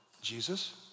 Jesus